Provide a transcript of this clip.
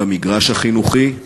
במגרש החינוכי,